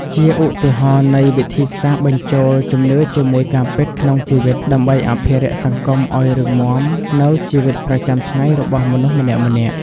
ជាឧទាហរណ៍នៃវិធីសាស្ត្របញ្ចូលជំនឿជាមួយការពិតក្នុងជីវិត ដើម្បីអភិរក្សសង្គមឲ្យរឹងមាំ នូវជីវិតប្រចាំថ្ងៃរបស់មនុស្សម្នាក់ៗ។